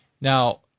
Now